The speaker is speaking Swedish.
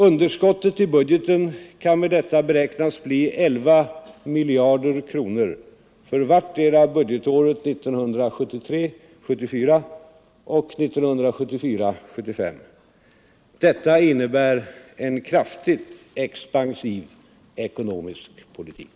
Underskottet i budgeten kan med detta beräknas bli 11 miljarder kronor för vartdera budgetåret 1973 75. Detta innebär en kraftig expansiv ekonomisk politik.